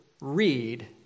read